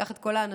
קח את כל האנשים,